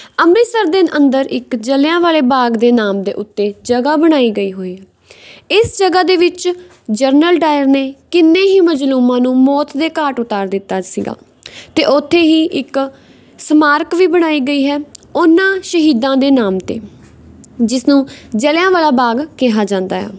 ਅੰਮ੍ਰਿਤਸਰ ਦੇ ਅੰਦਰ ਇੱਕ ਜਲ੍ਹਿਆਂ ਵਾਲੇ ਬਾਗ ਦੇ ਨਾਮ ਦੇ ਉੱਤੇ ਜਗ੍ਹਾ ਬਣਾਈ ਗਈ ਹੋਈ ਆ ਇਸ ਜਗ੍ਹਾ ਦੇ ਵਿੱਚ ਜਨਰਲ ਡਾਇਰ ਨੇ ਕਿੰਨੇ ਹੀ ਮਜ਼ਲੂਮਾਂ ਨੂੰ ਮੌਤ ਦੇ ਘਾਟ ਉਤਾਰ ਦਿੱਤਾ ਸੀਗਾ ਅਤੇ ਉੱਥੇ ਹੀ ਇੱਕ ਸਮਾਰਕ ਵੀ ਬਣਾਈ ਗਈ ਹੈ ਉਹਨਾਂ ਸ਼ਹੀਦਾਂ ਦੇ ਨਾਮ 'ਤੇ ਜਿਸ ਨੂੰ ਜਲ੍ਹਿਆਂਵਾਲਾ ਬਾਗ ਕਿਹਾ ਜਾਂਦਾ ਆ